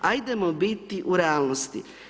Ajdemo biti u realnosti.